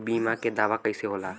बीमा के दावा कईसे होला?